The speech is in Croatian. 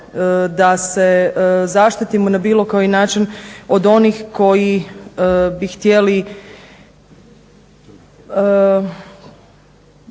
da se zaštitimo na bilo koji način od onih koji bi htjeli,